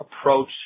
approach